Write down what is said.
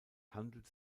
handelt